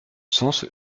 sens